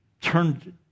turned